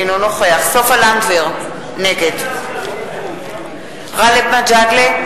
אינו נוכח סופה לנדבר, נגד גאלב מג'אדלה,